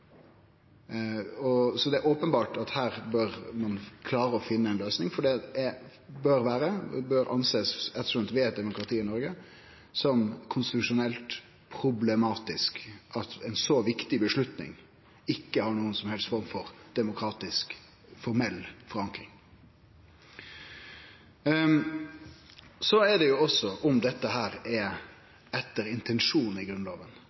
Det er openbert at her bør ein klare å finne ei løysing, for ettersom vi har demokrati i Noreg, bør ein sjå det som konstitusjonelt problematisk at ei så viktig avgjerd ikkje har noka som helst form for formell demokratisk forankring. Så er det om dette er etter intensjonen i Grunnlova. Da kan ein jo gå inn på ei ordentleg nærlesing av §§ 25 og 26 i